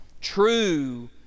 True